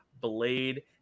blade